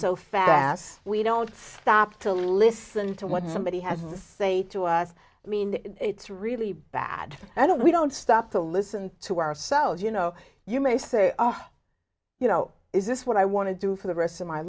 so fast we don't stop to listen to what somebody has to say to us i mean it's really bad i don't we don't stop to listen to ourselves you know you may say you know is this what i want to do for the rest of my